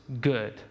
good